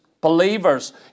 believers